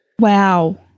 Wow